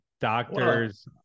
doctors